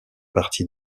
partie